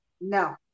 no